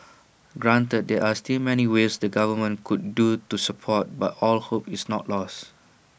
granted there are still many ways the government could do to support but all hope is not lost